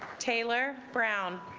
taylor brown